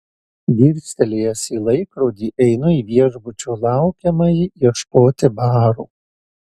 dirstelėjęs į laikrodį einu į viešbučio laukiamąjį ieškoti baro